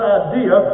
idea